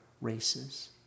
races